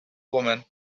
woman